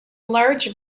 large